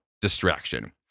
distraction